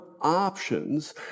options